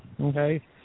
okay